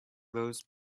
those